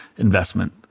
Investment